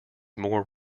more